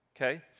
Okay